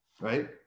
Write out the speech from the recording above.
right